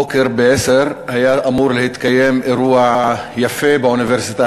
הבוקר ב-10:00 היה אמור להתקיים אירוע יפה באוניברסיטה